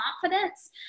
confidence